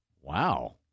Wow